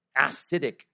acidic